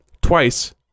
twice